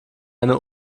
eine